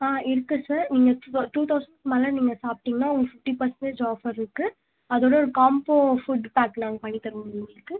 ஆ இருக்கு சார் நீங்கள் two thou two thousand மேலே நீங்கள் சாப்பிட்டீங்கன்னா உங்களுக்கு ஃபிஃப்டி பர்சென்டேஜு ஆஃபர் இருக்கு அதோட ஒரு காம்போ ஃபுட் பேக் நாங்கள் பண்ணித் தருவோம் உங்களுக்கு